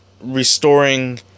restoring